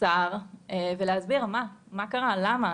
השר ולהסביר מה קרה, למה.